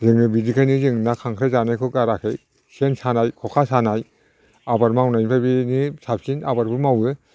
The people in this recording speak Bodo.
जों बिदिखायनो जों ना खांख्राय जानायखौ गाराखै सेन सानाय खखा सानाय आबाद मावनायनिफ्राय बेनि साबसिन आबादबो मावो